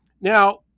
now